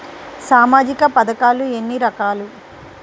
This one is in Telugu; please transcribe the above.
సామాజిక పథకాలు ఎన్ని రకాలు?